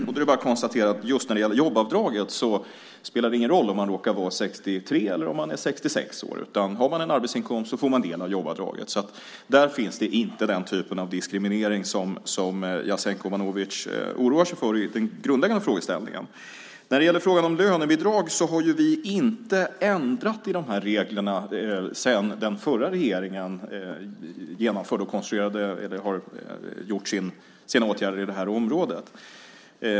Det är bara att konstatera att just när det gäller jobbavdraget spelar det ingen roll om man råkar vara 63 eller 66 år, utan har man en arbetsinkomst får man del av jobbavdraget. Där finns alltså inte den typen av diskriminering som Jasenko Omanovic oroar sig för i den grundläggande frågeställningen. När det gäller frågan om lönebidrag har vi inte ändrat i reglerna sedan den förra regeringen vidtog åtgärder på det här området.